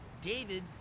David